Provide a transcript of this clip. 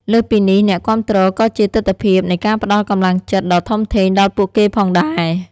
លើសពីនេះ អ្នកគាំទ្រក៏ជាទិដ្ឋភាពនៃការផ្តល់កម្លាំងចិត្តដ៏ធំធេងដល់ពួកគេផងដែរ។